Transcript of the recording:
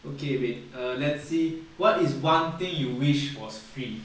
okay wait err let's see what is one thing you wish was free